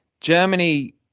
Germany